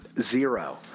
zero